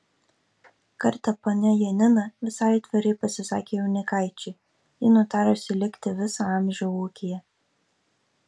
kartą ponia janina visai atvirai pasisakė jaunikaičiui ji nutarusi likti visą amžių ūkyje